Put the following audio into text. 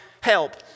help